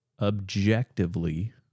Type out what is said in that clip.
objectively